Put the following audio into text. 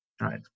Right